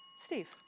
Steve